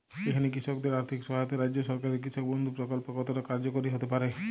এখানে কৃষকদের আর্থিক সহায়তায় রাজ্য সরকারের কৃষক বন্ধু প্রক্ল্প কতটা কার্যকরী হতে পারে?